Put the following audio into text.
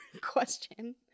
question